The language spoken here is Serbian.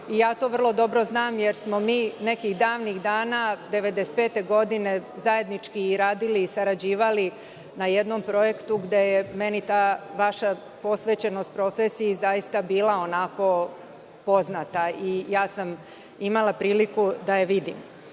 ja to vrlo dobro znam, jer smo mi nekih davnih dana, 1995. godine, zajednički radili i sarađivali na jednom projektu gde je meni ta vaša posvećenost profesiji zaista bila poznata i imala sam priliku da je